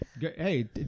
Hey